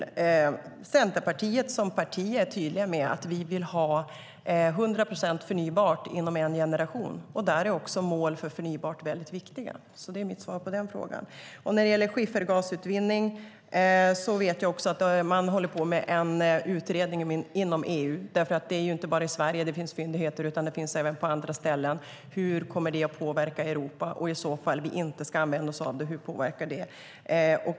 Vi i Centerpartiet är tydliga med att vi vill ha 100 procent förnybart inom en generation. Där är också mål för förnybart mycket viktiga. Det är mitt svar på den frågan. När det gäller skiffergasutvinning vet jag också att man håller på med en utredning inom EU. Det finns inte bara fyndigheter i Sverige, utan det finns även på andra ställen. Hur kommer det att påverka Europa? Och om vi inte ska använda oss vad det, hur påverkar det?